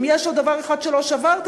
אם יש עוד דבר אחד שלא שברתם,